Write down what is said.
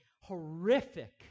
horrific